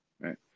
right